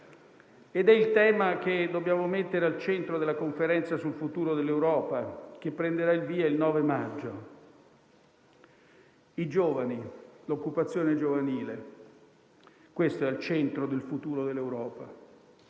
Ed è il tema che dobbiamo mettere al centro della conferenza sul futuro dell'Europa, che prenderà il via il 9 maggio: i giovani, l'occupazione giovanile; questo è il centro del futuro dell'Europa.